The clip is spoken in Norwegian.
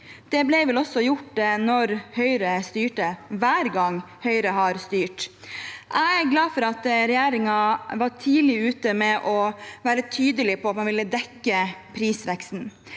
Det ble vel også gjort da Høyre styrte – hver gang Høyre har styrt. Jeg er glad for at regjeringen var tidlig ute med å være tydelig på at man ville dekke prisveksten.